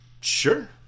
sure